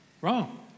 Wrong